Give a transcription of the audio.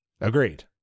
Agreed